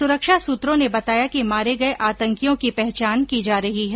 सुरक्षा सूत्रों ने बताया कि मारे गये आतंकियों की पहचान की जा रही है